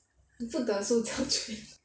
you put the 塑胶圈